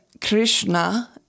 Krishna